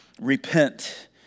Repent